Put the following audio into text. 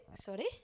Sorry